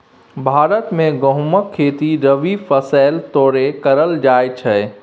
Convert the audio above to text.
भारत मे गहुमक खेती रबी फसैल तौरे करल जाइ छइ